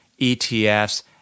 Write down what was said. ETFs